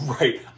Right